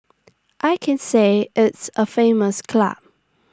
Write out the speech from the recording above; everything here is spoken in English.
I can say it's A famous club